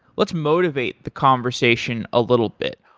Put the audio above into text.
let's motivate the conversation a little bit.